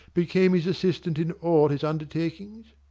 became his assistant in all his undertakings?